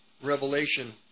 Revelation